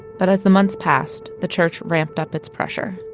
but as the months passed, the church ramped up its pressure.